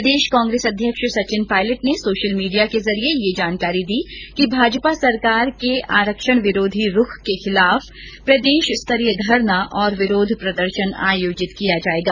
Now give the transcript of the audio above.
प्रदेश कांग्रेस अध्यक्ष सचिन पायलट ने social media के जरिये ये जानकारी दी कि भाजपा सरकार के आरक्षण विरोधी रूख के खिलाफ प्रदेश स्तरीय धरना और विरोध प्रदर्शन आयोजित किया जाएगा